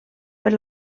per